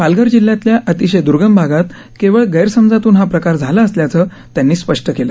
पालघर जिल्ह्यातल्या अतिशय दूर्गम भागात केवळ गैरसमजातून हा प्रकार झाला असल्याचं त्यांनी स्पष्ट केलं